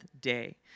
day